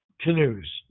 canoes